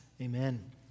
amen